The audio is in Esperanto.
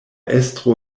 estro